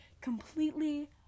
completely